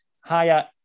higher